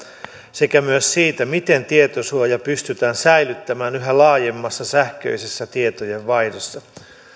sekä myös siitä miten tietosuoja pystytään säilyttämään yhä laajemmassa sähköisessä tietojenvaihdossa